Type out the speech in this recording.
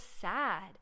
sad